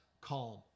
calm